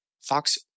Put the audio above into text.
Fox